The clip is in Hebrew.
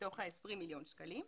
מתוך ה-20 מיליון שקלים.